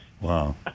wow